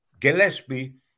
Gillespie